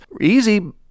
Easy